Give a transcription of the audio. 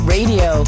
Radio